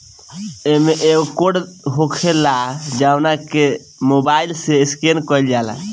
इमें एगो कोड होखेला जवना के मोबाईल से स्केन कईल जाला